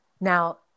now